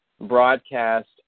broadcast